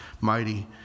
mighty